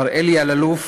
מר אלי אלאלוף,